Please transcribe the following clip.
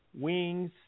wings